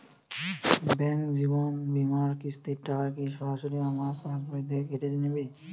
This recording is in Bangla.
ব্যাঙ্ক জীবন বিমার কিস্তির টাকা কি সরাসরি আমার পাশ বই থেকে কেটে নিবে?